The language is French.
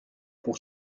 pour